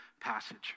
passage